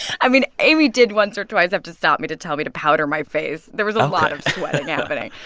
i mean, amy did once or twice have to stop me to tell me to powder my face ok there was a lot of sweating happening.